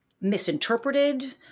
misinterpreted